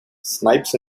snipes